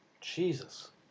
Jesus